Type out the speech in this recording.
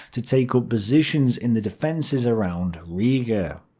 to take up positions in the defenses around riga.